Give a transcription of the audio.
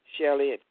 Shelly